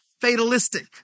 fatalistic